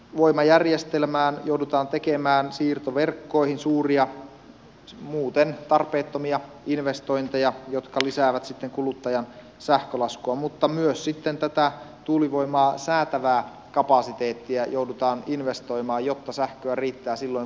voimajärjestelmään joudutaan tekemään siirtoverkkoihin suuria muuten tarpeettomia investointeja jotka lisäävät sitten kuluttajan sähkölaskua mutta myös sitten tähän tuulivoimaa säätävään kapasiteettiin joudutaan investoimaan jotta sähköä riittää silloin kun ei tuule